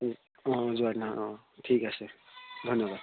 অঁ যোৱা দিনাখন অঁ ঠিক আছে ধন্যবাদ